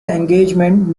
engagement